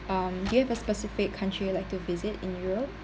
um do you have a specific country you'd like to visit in europe